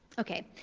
ok.